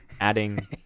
adding